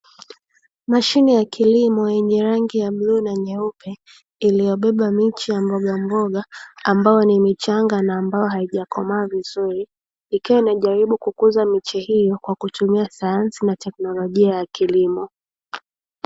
Mashine ya kilimo yenye rangi ya bluu na nyeupe ikiwa imebeba miche ya mboga mboga ambayo ni michanga na ambayo haijakomaa vizuri, ikiwa inajaribu kukuza miche hiyo kwa kutumia sayansi na teknolojia ya kilimo.